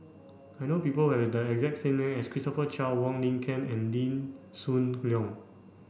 I know people have the exact name as Christopher Chia Wong Lin Ken and Lee Hoon Leong